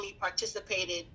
participated